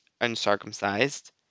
uncircumcised